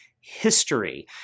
history